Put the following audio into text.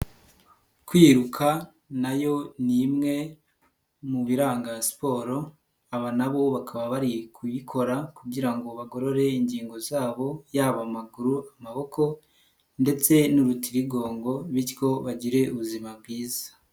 Kwiruka nayo nimwe mu biranga siporo, aba nabo bakaba bari kuyikora kugira ngo bagorore ingingo zabo, yaba amaguru, amaboko ndetse n'urutirigongo bityo bagire ubuzima bwiza.